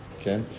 okay